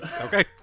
okay